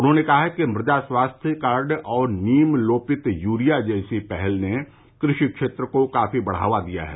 उन्होंने कहा कि मृदा स्वास्थ्य कार्ड और नीम लेपित यूरिया जैसी पहल ने कृषि क्षेत्र को काफी बढ़ावा दिया है